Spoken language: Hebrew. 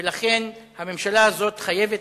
ולכן הממשלה הזאת חייבת